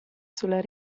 sulla